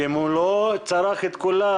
שאם הוא לא צרך את כולה,